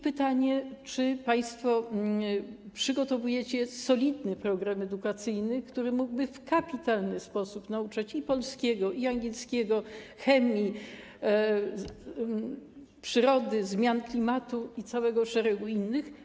Pytanie: Czy państwo przygotowujecie solidny program edukacyjny, który mógłby w kapitalny sposób nauczać polskiego, angielskiego, chemii, przyrody, zmian klimatu i całego szeregu innych?